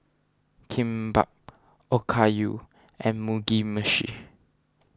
Kimbap Okayu and Mugi Meshi